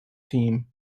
team